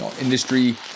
industry